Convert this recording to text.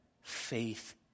faith